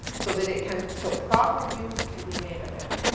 so that it can, so proper use can be made of it.